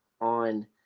on